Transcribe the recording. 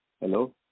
Hello